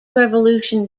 revolution